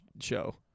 show